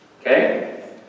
Okay